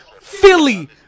Philly